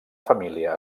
família